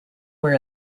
were